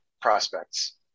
prospects